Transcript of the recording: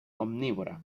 omnívora